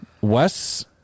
Wes